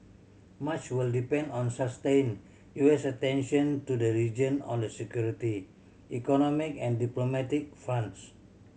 much will depend on sustained U S attention to the region on the security economic and diplomatic fronts